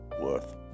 worth